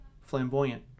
Flamboyant